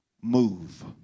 Move